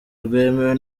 rwemewe